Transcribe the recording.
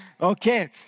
Okay